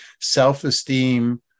self-esteem